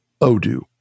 Odoo